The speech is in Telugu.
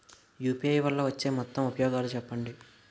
యు.పి.ఐ వల్ల వచ్చే మొత్తం ఉపయోగాలు చెప్పండి?